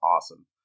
awesome